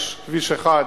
יש כביש אחד